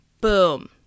Boom